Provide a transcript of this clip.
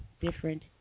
different